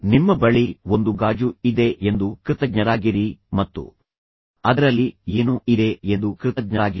ನಿಮ್ಮ ಬಳಿ ಒಂದು ಗಾಜು ಇದೆ ಎಂದು ಕೃತಜ್ಞರಾಗಿರಿ ಮತ್ತು ಅದರಲ್ಲಿ ಏನೋ ಇದೆ ಎಂದು ಕೃತಜ್ಞರಾಗಿರಿ